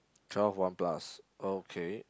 twelve one plus okay